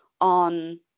on